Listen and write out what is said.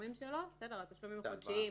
התשלומים החודשיים